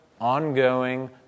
ongoing